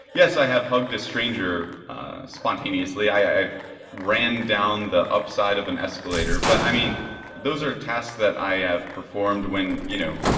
yes, i have hugged a stranger spontaneously. i've ran down the upside of an escalator. but i mean those are tasks that i have performed when you know,